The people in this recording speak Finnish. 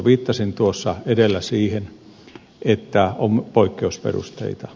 viittasin tuossa edellä siihen että on poikkeusperusteita